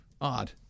odd